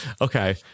Okay